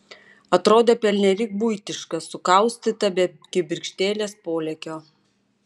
atrodė pernelyg buitiška sukaustyta be kibirkštėlės polėkio